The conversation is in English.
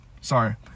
sorry